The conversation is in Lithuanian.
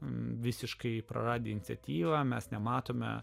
visiškai praradę iniciatyvą mes nematome